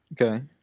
Okay